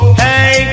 hey